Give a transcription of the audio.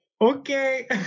Okay